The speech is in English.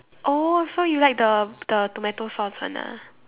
oh so you like the the tomato sauce one ah